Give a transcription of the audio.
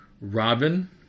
Robin